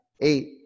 eight